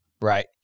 Right